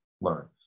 learn